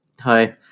hi